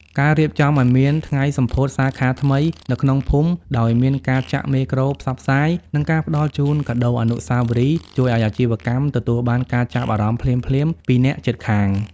ការរៀបចំឱ្យមាន "ថ្ងៃសម្ពោធសាខាថ្មី" នៅក្នុងភូមិ ដោយមានការចាក់មេក្រូផ្សព្វផ្សាយ និងការផ្ដល់ជូនកាដូអនុស្សាវរីយ៍ ជួយឱ្យអាជីវកម្មទទួលបានការចាប់អារម្មណ៍ភ្លាមៗពីអ្នកជិតខាង។